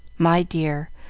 my dear,